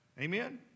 Amen